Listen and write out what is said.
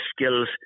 skills